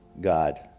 God